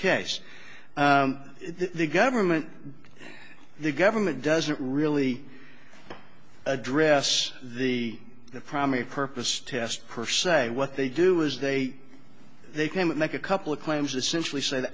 case the government the government doesn't really address the primary purpose test per se what they do is they they came and make a couple of claims essentially say